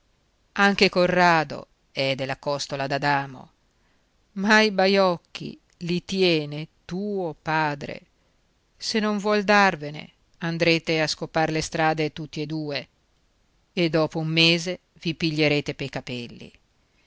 anche corrado è della costola d'adamo ma i baiocchi li tiene tuo padre se non vuol darvene andrete a scopar le strade tutti e due e dopo un mese vi piglierete pei capelli